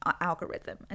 algorithm